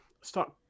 start